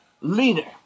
leader